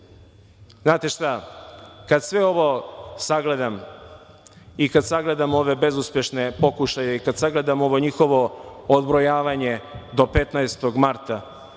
znate šta, kad sve ovo sagledam i kad sagledam ove bezuspešne pokušaje i kad sagledam ovo njihovo odbrojavanje do 15. marta,